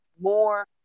More